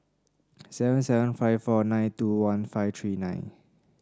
seven seven five four nine two one five three nine